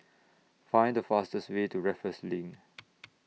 Find The fastest Way to Raffles LINK